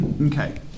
Okay